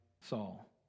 Saul